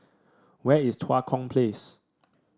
where is Tua Kong Place